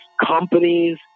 companies